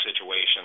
situation